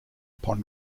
upon